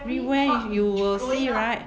everywhere you will see right